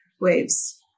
waves